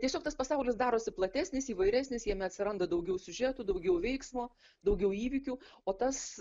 tiesiog tas pasaulis darosi platesnis įvairesnis jame atsiranda daugiau siužetų daugiau veiksmo daugiau įvykių o tas